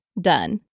done